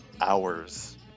hours